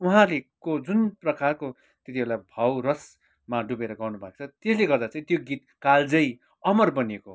उहाँहरूले को जुन प्रकारको त्यति बेला भाव रसमा डुबेर गाउनुभएको छ त्यसले गर्दा चाहिँ त्यो गीत कालजयी अमर बनिएको हो